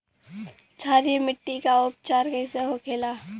क्षारीय मिट्टी का उपचार कैसे होखे ला?